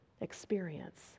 experience